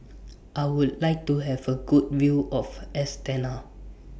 I Would like to Have A Good View of Astana